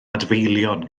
adfeilion